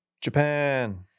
Japan